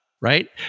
Right